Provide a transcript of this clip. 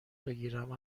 بگیرم